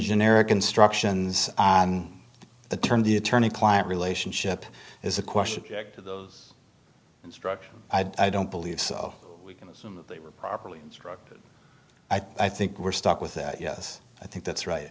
generic instructions on the term the attorney client relationship is a question of those instructions i don't believe so we can assume that they were properly instructed i think we're stuck with that yes i think that's right